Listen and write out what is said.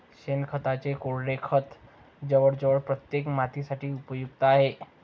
शेणखताचे कोरडे खत जवळजवळ प्रत्येक मातीसाठी उपयुक्त आहे